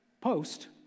post